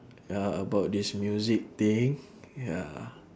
ya about this music thing ya